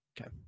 Okay